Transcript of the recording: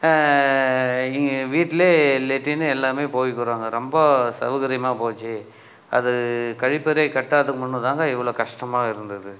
இங்கே வீட்டிலே லெட்டின் எல்லாமே போய்க்கிறோங்க ரொம்ப சௌகரியமா போச்சு அது கழிப்பறை கட்டாத முன் தாங்க இவ்வளோ கஷ்டமாக இருந்தது